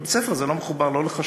אבל בית-הספר הזה לא מחובר לא לחשמל,